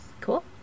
cool